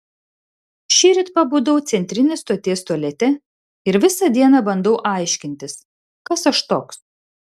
šįryt pabudau centrinės stoties tualete ir visą dieną bandau aiškintis kas aš toks